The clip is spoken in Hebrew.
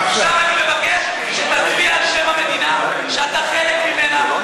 עכשיו אני מבקש שתצביע על שם המדינה שאתה חלק ממנה,